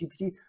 gpt